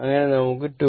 അങ്ങനെ നമുക്ക് 2